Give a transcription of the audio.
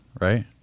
right